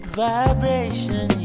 vibration